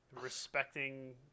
respecting